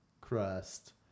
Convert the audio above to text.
crust